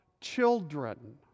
children